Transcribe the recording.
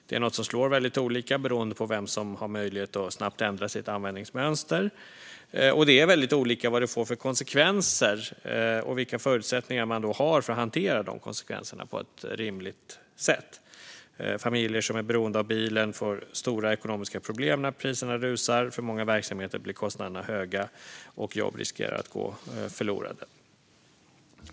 Det är något som slår väldigt olika beroende på vem som har möjlighet att snabbt ändra sitt användningsmönster, och det är väldigt olika vad det får för konsekvenser och vilka förutsättningar man har för att hantera de konsekvenserna på ett rimligt sätt. Familjer som är beroende av bilen får stora ekonomiska problem när priserna rusar. För många verksamheter blir kostnaderna höga, och det finns risk att jobb går förlorade.